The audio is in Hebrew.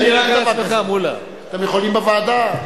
אתם יכולים בוועדה.